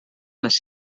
les